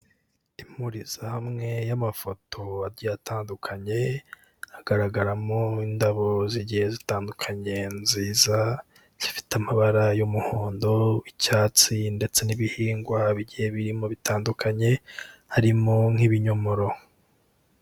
Impurizahamwe y'amafoto agiye atandukanye, hagaragaramo indabo zigiye zitandukanye nziza zifite amabara y'umuhondo, icyatsi ndetse n'ibihingwa bigiye birimo bitandukanye harimo nk'ibinyomoro.